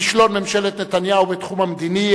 כישלון ממשלת נתניהו בתחום המדיני,